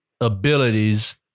abilities